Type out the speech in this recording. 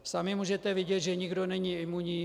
Sami můžete vidět, že nikdo není imunní.